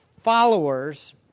followers